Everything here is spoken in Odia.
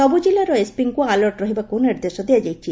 ସବୁ ଜିଲ୍ଲାର ଏସ୍ପିଙ୍କୁ ଆଲର୍ଟ ରହିବାକୁ ନିର୍ଦ୍ଦେଶ ଦିଆଯାଇଛି